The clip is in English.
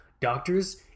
doctors